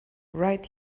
right